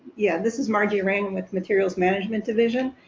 yeah, this is marjorie raymond with materials management division.